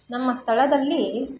ನಮ್ಮ ಸ್ಥಳದಲ್ಲಿ